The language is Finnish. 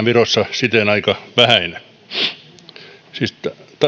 virossa on siten merkitykseltään aika vähäinen siis